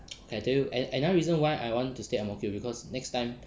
I tell you another reason why I want to stay ang mo kio is because next time